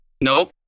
Nope